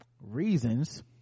reasons